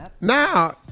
Now